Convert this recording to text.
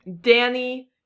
Danny